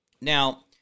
Now